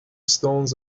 stones